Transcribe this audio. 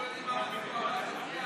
הם לא יודעים, מדינה יהודית.